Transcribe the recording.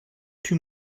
too